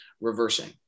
reversing